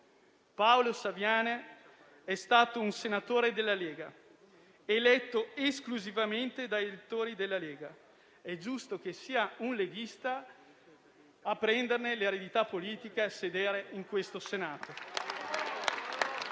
Paolo Saviane è stato un senatore della Lega, eletto esclusivamente da elettori della Lega. È giusto che sia un leghista a prenderne l'eredità politica e a sedere in questo Senato.